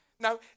Now